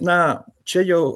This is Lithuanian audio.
na čia jau